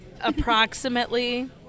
approximately